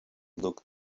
look